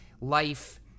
life